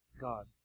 God